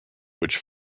which